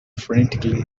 frantically